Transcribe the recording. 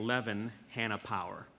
eleven hannah power